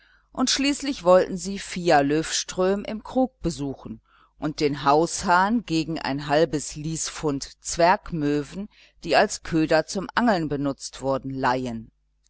und schließlich wollten sie fia löfström im krug besuchen und den haushahn gegen ein halbes liespfund zwergmöwen die als köder zum angeln benutzt wurden leihen